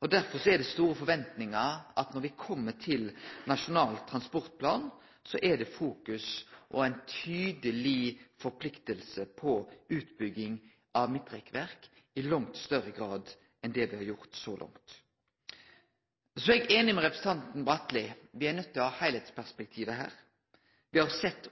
Derfor er det store forventningar til at når me kjem til Nasjonal transportplan, er det fokus på og ei tydeleg forplikting i høve til utbygging av midtrekkverk i langt større grad enn det me har hatt så langt. Eg er einig med representanten Bratli i at me er nøydde til å ha heilskapsperspektivet her. Me har òg sett